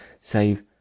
save